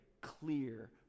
clear